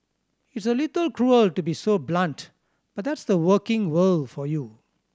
it's a little cruel to be so blunt but that's the working world for you